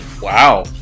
Wow